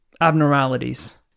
abnormalities